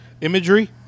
imagery